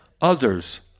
others